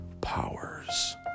powers